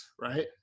Right